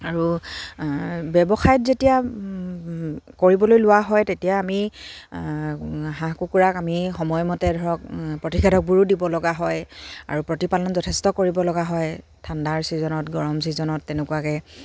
আৰু ব্যৱসায়ত যেতিয়া কৰিবলৈ লোৱা হয় তেতিয়া আমি হাঁহ কুকুৰাক আমি সময়মতে ধৰক প্ৰতিষেবোৰো দিব লগা হয় আৰু প্ৰতিপালন যথেষ্ট কৰিবলগা হয় ঠাণ্ডাৰ ছিজনত গৰম ছিজনত তেনেকুৱাকেৈ